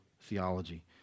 theology